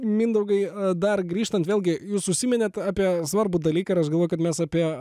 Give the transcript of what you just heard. mindaugai dar grįžtant vėlgi jūs užsiminėt apie svarbų dalyką ir aš galvoju kad mes apie